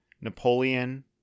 Napoleon